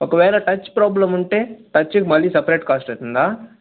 ఒకవేళ touch problem ఉంటే టచ్కి మళ్ళీ సపరేట్ కాస్ట్ అవుతుందా